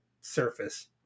surface